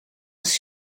was